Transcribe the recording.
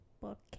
book